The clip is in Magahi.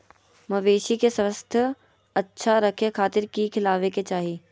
मवेसी के स्वास्थ्य अच्छा रखे खातिर की खिलावे के चाही?